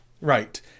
right